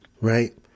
Right